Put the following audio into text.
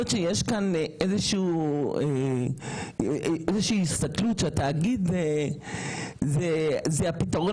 יש כאן איזושהי הסתכלות שהתאגיד זה הפתרון